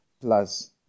plus